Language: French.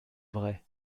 vraie